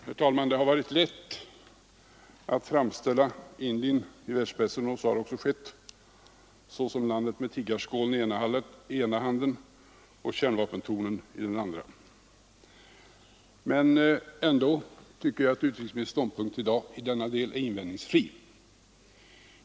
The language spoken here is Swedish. Herr talman! Det har varit lätt att i världspressen framställa Indien — och så har också skett — såsom landet med tiggarskålen i ena handen och kärnvapnen i den andra. Ändå tycker jag att utrikesministerns ståndpunkt i denna del är invändningsfri.